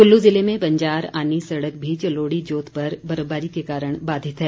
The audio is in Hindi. कुल्लू ज़िले में बंजार आनी सड़क भी जलोड़ी जोत पर बर्फबारी के कारण बाधित है